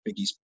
biggies